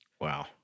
Wow